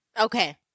Okay